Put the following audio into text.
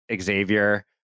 Xavier